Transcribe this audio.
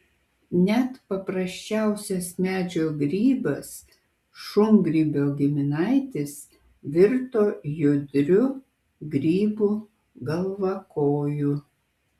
net paprasčiausias medžio grybas šungrybio giminaitis virto judriu grybu galvakoju